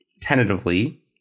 tentatively